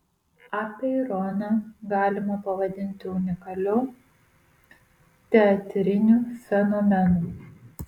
apeironą galima pavadinti unikaliu teatriniu fenomenu